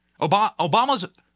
Obama's